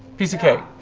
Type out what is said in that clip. piece of cake.